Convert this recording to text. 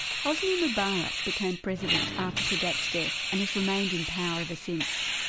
hosni mubarak became president after sadat's death and has remained in power ever since.